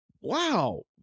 wow